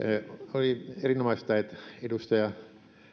oli erinomaista että edustaja